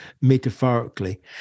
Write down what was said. metaphorically